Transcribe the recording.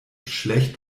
schlecht